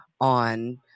on